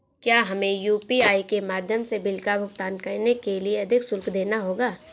क्या हमें यू.पी.आई के माध्यम से बिल का भुगतान करने के लिए अधिक शुल्क देना होगा?